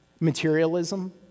Materialism